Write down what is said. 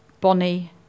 Bonnie